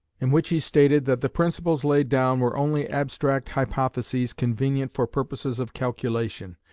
in which he stated that the principles laid down were only abstract hypotheses convenient for purposes of calculation.